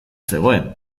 zegoen